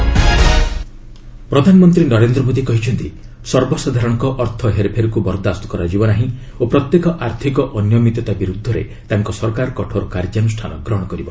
PM ET summit ପ୍ରଧାନମନ୍ତ୍ରୀ ନରେନ୍ଦ୍ର ମୋଦି କହିଛନ୍ତି ସର୍ବସାଧାରଣଙ୍କ ଅର୍ଥ ହେରଫେରକୁ ବରଦାସ୍ତ କରାଯିବ ନାହିଁ ଓ ପ୍ରତ୍ୟେକ ଆର୍ଥିକ ଅନିୟମିତତା ବିରୁଦ୍ଧରେ ତାଙ୍କ ସରକାର କଠୋର କାର୍ଯ୍ୟାନୁଷ୍ଠାନ ଗ୍ରହଣ କରିବ